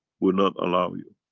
will not allow you.